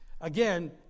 again